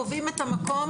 קובעים את המקום,